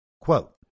Quote